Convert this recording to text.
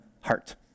heart